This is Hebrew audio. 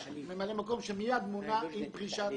יש ממלא מקום שמייד מונה עם פרישת